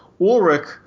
Ulrich